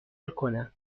کنم